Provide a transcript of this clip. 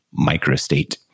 microstate